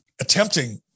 attempting